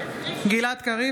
קריב,